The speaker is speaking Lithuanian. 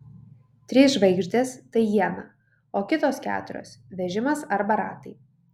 trys žvaigždės tai iena o kitos keturios vežimas arba ratai